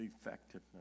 effectiveness